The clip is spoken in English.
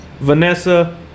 Vanessa